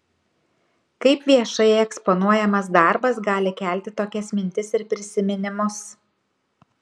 kaip viešai eksponuojamas darbas gali kelti tokias mintis ir prisiminimus